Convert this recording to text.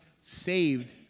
saved